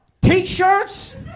T-shirts